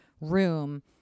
room